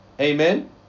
Amen